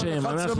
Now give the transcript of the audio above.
יש להם 11 מנדטים,